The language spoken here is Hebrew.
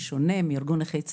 בשונה מארגון נכי צה"ל,